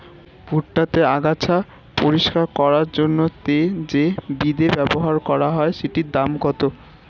ভুট্টা তে আগাছা পরিষ্কার করার জন্য তে যে বিদে ব্যবহার করা হয় সেটির দাম কত?